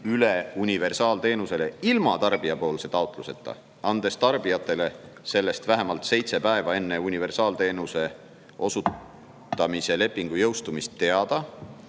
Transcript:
üle universaalteenusele ilma tarbijapoolse taotluseta, andes tarbijatele sellest vähemalt seitse päeva enne universaalteenuse osutamise lepingu jõustumist teada,